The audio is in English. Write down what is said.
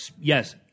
yes